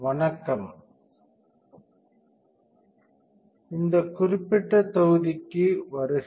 வணக்கம் இந்த குறிப்பிட்ட தொகுதிக்கு வருக